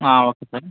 okay sir